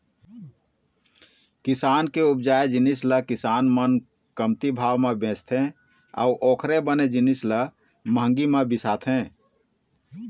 किसान के उपजाए जिनिस ल किसान मन कमती भाव म बेचथे अउ ओखरे बने जिनिस ल महंगी म बिसाथे